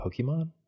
Pokemon